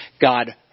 God